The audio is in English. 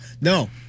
No